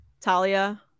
Talia